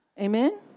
Amen